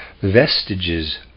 Vestiges